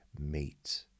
meet